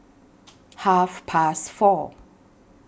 Half Past four